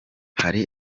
hari